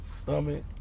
stomach